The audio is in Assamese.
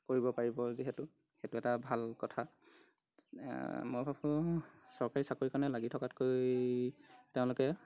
কৰিব পাৰিব যিহেতু সেইটো এটা ভাল কথা মই ভাবোঁ চৰকাৰী চাকৰি কাৰণে লাগি থকাতকৈ তেওঁলোকে